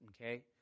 okay